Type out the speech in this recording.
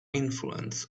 influence